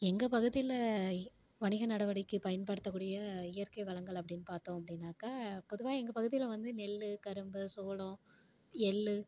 எங்கள் பகுதியில் வணிக நடவடிக்கை பயன்படுத்த கூடிய இயற்கை வளங்கள் அப்டினு பார்த்தோம் அப்படின்னாக்கா பொதுவாக எங்கள் பகுதியில் வந்து நெல்லு கரும்பு சோளம் எள்ளு